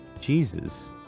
Jesus